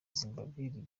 zimbabwe